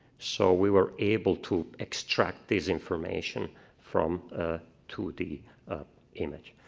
so we were able to extract this information from a two d image.